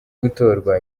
gutorwa